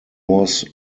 was